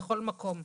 בכל מקום.